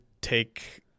take